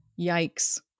Yikes